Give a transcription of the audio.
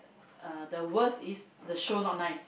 uh the worst is the show not nice